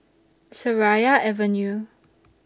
Seraya Avenue